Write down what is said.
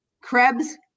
Krebs